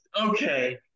okay